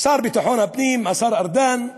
השר לביטחון הפנים, השר ארדן,